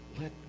let